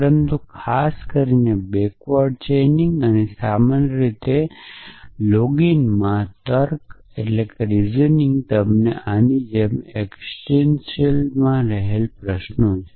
પરંતુ ખાસ કરીને બેક્વર્ડ ચેઇનિંગ અને સામાન્ય રીતે લોગીનમાં તર્ક તમને આની જેમ એકસીટેંટીયલમાં રહેલા પ્રશ્નો છે